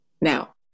now